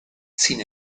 sin